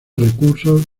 recursos